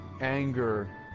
anger